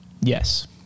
Yes